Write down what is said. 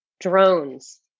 Drones